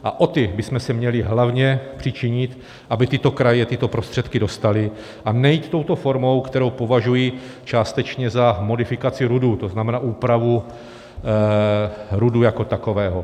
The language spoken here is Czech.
O ty bychom se měli hlavně přičinit, aby kraje tyto prostředky dostaly, a ne jít touto formou, kterou považuji částečně za modifikaci RUDu, to znamená úpravu RUDu jako takového.